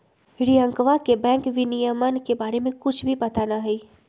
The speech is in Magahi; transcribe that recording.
रियंकवा के बैंक विनियमन के बारे में कुछ भी पता ना हई